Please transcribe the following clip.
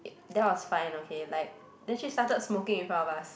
that was fine okay like then she started smoking in front of us